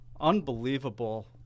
Unbelievable